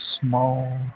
small